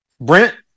Brent